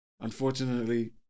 Unfortunately